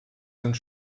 sind